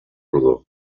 rodó